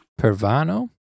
pervano